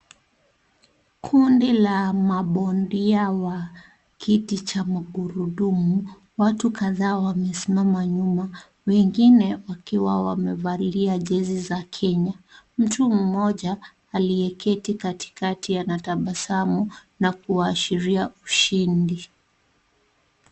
Kundi la mabondia wa kiti cha magurudumu. Watu kadhaa wamesimama nyuma. Wengine wakiwa wamevalia jezi za Kenya. Mtu mmoja aliyeketi katikati anatabasamu na kuashiria ushindi.